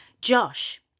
Josh